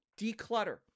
declutter